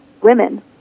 women